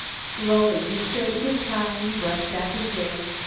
slowly he straightened his tie and brushed back his hair.